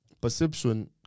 Perception